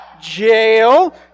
Jail